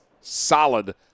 solid